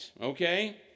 okay